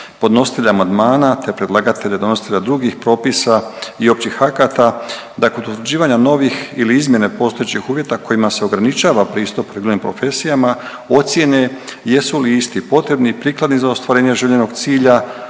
podnositelja amandmana, te predlagatelja i donositelja drugih propisa i općih akata da kod utvrđivanja novih ili izmjene postojećih uvjeta kojima se ograničava pristup reguliranim profesijama ocjene jesu li isti potrebni i prikladni za ostvarenje željenog cilja